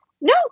No